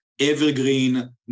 evergreen